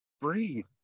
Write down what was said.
breathe